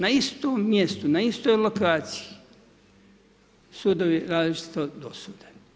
Na istom mjestu, na istoj lokaciji sudovi različito dosude.